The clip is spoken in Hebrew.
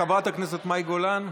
חברת הכנסת מאי גולן,